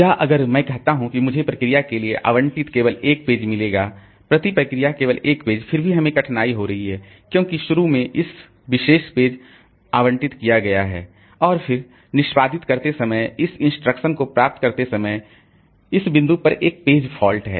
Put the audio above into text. या अगर मैं कहता हूं कि मुझे प्रोसेस के लिए आवंटित केवल एक पेज मिलेगा प्रति प्रोसेस केवल एक पेज फिर भी हमें कठिनाई हो रही है क्योंकि शुरू में इस विशेष पेज आवंटित किया गया है और फिर निष्पादित करते समय इस इंस्ट्रक्शन को प्राप्त करते समय इस बिंदु पर एक पेज फॉल्ट है